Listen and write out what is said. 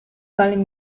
calling